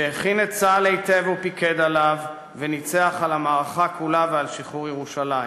שהכין את צה"ל היטב ופיקד עליו וניצח על המערכה כולה ועל שחרור ירושלים.